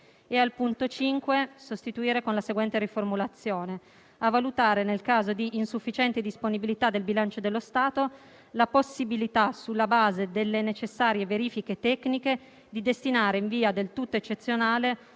il punto 5) con il seguente: «a valutare, nel caso di insufficienti disponibilità del bilancio dello Stato, la possibilità, sulla base delle necessarie verifiche tecniche, di destinare in via del tutto eccezionale